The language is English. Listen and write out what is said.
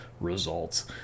results